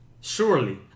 Surely